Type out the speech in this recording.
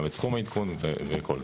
גם את סכום העדכון וכל זה.